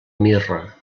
mirra